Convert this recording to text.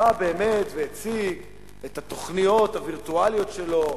בא באמת והציג את התוכניות הווירטואליות שלו,